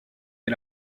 est